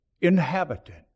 inhabitant